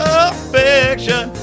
affection